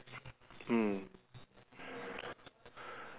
mm